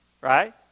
right